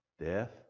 death